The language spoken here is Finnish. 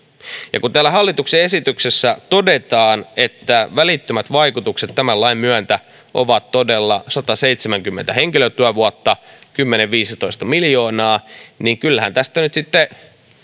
kun täällä hallituksen esityksessä todetaan että välittömät vaikutukset tämän lain myötä ovat todella sataseitsemänkymmentä henkilötyövuotta kymmenen viiva viisitoista miljoonaa niin kyllähän tästä